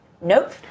Nope